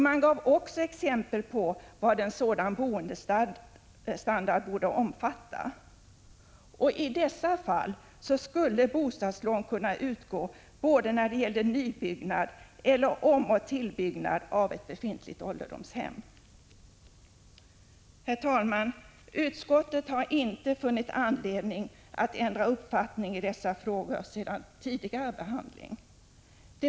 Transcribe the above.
Man gav också exempel på vad en sådan boendestandard borde omfatta. I dessa fall skulle bostadslån kunna utgå både när det gäller nybyggnad och när det gäller omoch tillbyggnad av ett befintligt ålderdomshem. Herr talman! Utskottet har inte funnit anledning att ändra uppfattning i dessa frågor sedan tidigare behandling av ärendet.